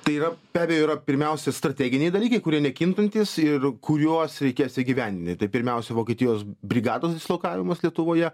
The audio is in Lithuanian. tai yra be abejo yra pirmiausia strateginiai dalykai kurie nekintantys ir kuriuos reikės įgyvendint tai pirmiausia vokietijos brigados dislokavimas lietuvoje